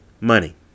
Money